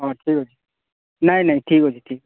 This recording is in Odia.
ହଁ ଠିକ୍ ଅଛି ନାଇଁ ନାଇଁ ଠିକ୍ ଅଛି ଠିକ୍ ଅଛି